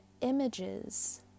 images